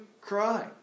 cry